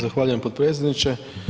Zahvaljujem potpredsjedniče.